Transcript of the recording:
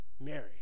Mary